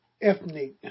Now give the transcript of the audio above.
ethnic